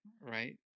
right